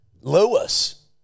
Lewis